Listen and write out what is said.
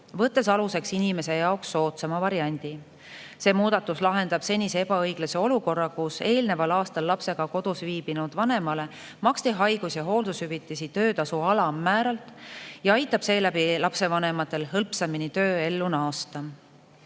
võttes aluseks inimese jaoks soodsama variandi. See muudatus lahendab senise ebaõiglase olukorra, kus eelneval aastal lapsega kodus viibinud vanemale maksti haigus‑ ja hooldushüvitisi töötasu alammääralt, ja aitab lapsevanematel hõlpsamini tööellu naasta.